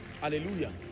Hallelujah